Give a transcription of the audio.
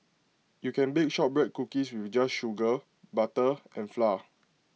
you can bake Shortbread Cookies with just sugar butter and flour